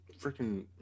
freaking